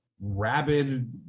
rabid